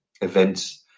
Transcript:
events